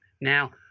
Now